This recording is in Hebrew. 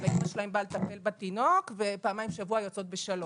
אימא שלהן באה לטפל בתינוק ופעמיים בשבוע הן יוצאות בשלוש.